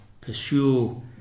pursue